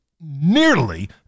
nearly